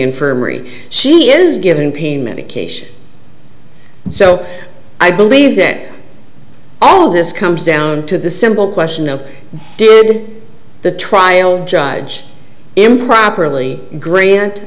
infirmary she is given pain medication so i believe that all this comes down to the simple question of did the trial judge improperly grant